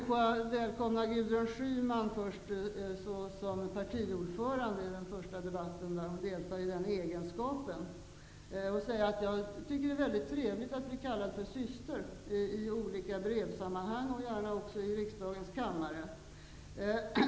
Jag vill välkomna Gudrun Schyman i denna första debatt där hon deltar i egenskap av partiordförande. Jag vill också säga att det är väldigt trevligt att bli kallad för syster i olika brevsammanhang, gärna även i riksdagens kammare.